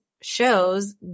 shows